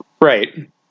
Right